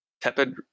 tepid